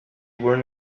were